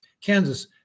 Kansas